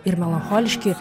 ir melancholiški